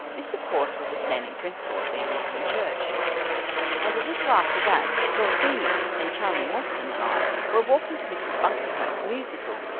this of course, was a standing principle of the anglican church and a little after that dulphemia and charlie mostyn and i were walking to mrs. buncomhearst's musical,